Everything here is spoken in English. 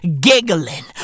giggling